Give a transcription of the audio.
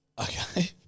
Okay